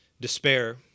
despair